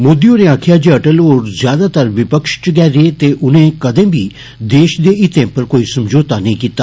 मोदी होरें आक्खेआ जे अटल होर ज्यादातर विपक्ष च गै रेय ते उनें कदें बी देष दे हित्तें उप्पर कोई समझोता नेई कीता